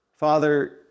Father